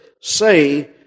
say